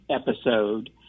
episode